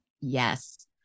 Yes